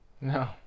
No